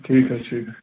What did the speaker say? ٹھیٖک حظ ٹھیٖک